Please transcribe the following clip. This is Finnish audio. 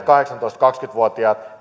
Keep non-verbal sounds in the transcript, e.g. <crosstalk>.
<unintelligible> kahdeksantoista viiva kaksikymmentä vuotiaat